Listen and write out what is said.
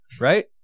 right